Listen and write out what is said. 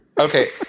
okay